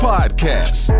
Podcast